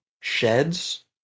sheds